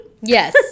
Yes